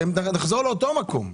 אנחנו נחזור לאותו מקום.